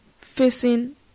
facing